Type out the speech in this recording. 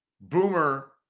Boomer